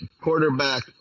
quarterback